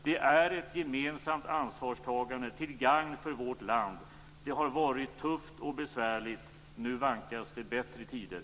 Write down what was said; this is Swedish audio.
Det är ett gemensamt ansvarstagande till gagn för vårt land. Det har varit tufft och besvärligt. Nu vankas det bättre tider.